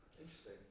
Interesting